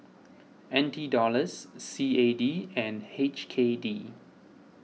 N T Dollars C A D and H K D